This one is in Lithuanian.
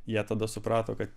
jie tada suprato kad